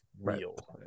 real